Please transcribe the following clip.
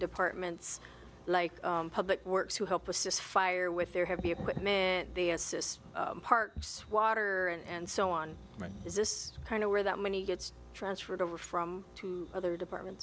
departments like public works who help assist fire with their heavy equipment they assist parks water and so on is this kind of where that money gets transferred over from other departments